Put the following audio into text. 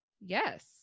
yes